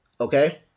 Okay